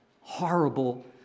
horrible